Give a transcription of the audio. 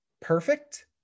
perfect